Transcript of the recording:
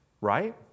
Right